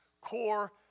core